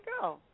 go